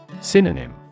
Synonym